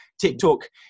TikTok